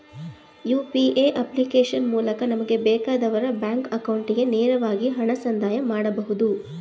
UPA application ಮೂಲಕ ನಮಗೆ ಬೇಕಾದವರ ಬ್ಯಾಂಕ್ ಅಕೌಂಟಿಗೆ ನೇರವಾಗಿ ಹಣ ಸಂದಾಯ ಮಾಡಬಹುದು